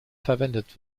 verwendet